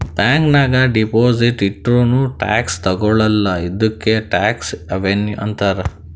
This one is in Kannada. ಬ್ಯಾಂಕ್ ನಾಗ್ ಡೆಪೊಸಿಟ್ ಇಟ್ಟುರ್ನೂ ಟ್ಯಾಕ್ಸ್ ತಗೊಳಲ್ಲ ಇದ್ದುಕೆ ಟ್ಯಾಕ್ಸ್ ಹವೆನ್ ಅಂತಾರ್